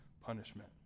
punishment